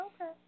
Okay